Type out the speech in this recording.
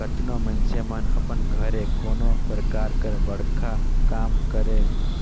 केतनो मइनसे मन अपन घरे कोनो परकार कर बड़खा काम करे